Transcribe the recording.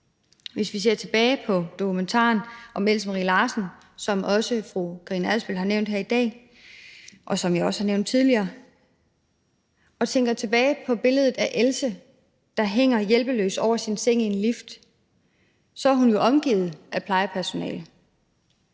Hvis vi ser tilbage på dokumentaren om Else Marie Larsen, som også fru Karina Adsbøl har nævnt her i dag, og som jeg også har nævnt tidligere, og tænker tilbage på billedet af Else, der hænger hjælpeløs over sin seng i en lift, er hun jo omgivet af plejepersonale.